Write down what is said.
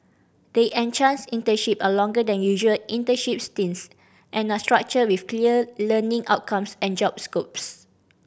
the enhanced internship are longer than usual internship stints and structured with clear learning outcomes and job scopes